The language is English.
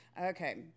okay